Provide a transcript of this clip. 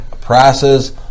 prices